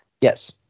Yes